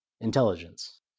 intelligence